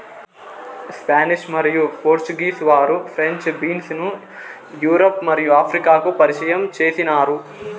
Spanish మరియు Portuguese వారు French beans ను యూరప్ మరియు ఆఫ్రికాకు పరిచయం చేసినారు